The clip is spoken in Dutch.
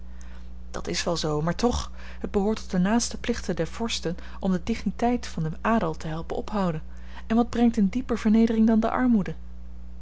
dat is wel zoo maar toch het behoort tot de naaste plichten der vorsten om de digniteit van den adel te helpen ophouden en wat brengt in dieper vernedering dan de armoede